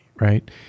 right